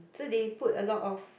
so they put a lot of